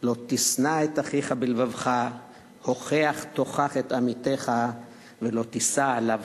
"לא תשנא את אחיך בלבבך הוכח תוכיח את עמיתך ולא תִשא עליו